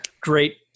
great